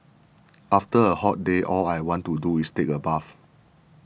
after a hot day all I want to do is take a bath